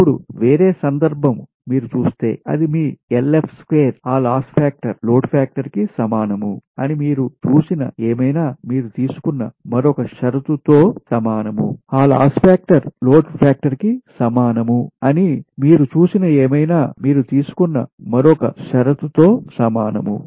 ఇప్పుడు వేరే సందర్భం మీరు చుస్తే అది మీ ఆ లాస్ ఫాక్టర్ లోడ్ ఫాక్టర్ కి సమానం అని మీరు చూసిన ఏమైనా మీరు తీసుకున్న మరొక షరతు తో సమానం